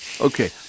Okay